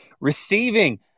receiving